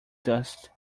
dust